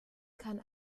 kann